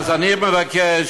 נא לסיים.